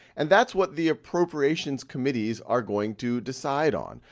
and that's what the appropriations committees are going to decide on,